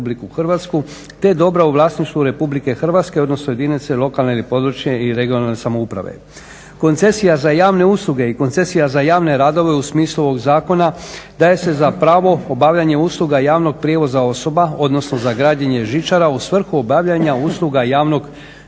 Hrvatsku te dobra u vlasništvu Republike Hrvatske, odnosno jedinice lokalne ili područne (regionalne) samouprave. Koncesija za javne usluge i koncesija za javne radove u smislu ovog zakona daje se za pravo obavljanje usluga javnog prijevoza osoba, odnosno za građenje žičara u svrhu obavljanja usluga javnog prijevoza.